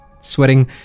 Sweating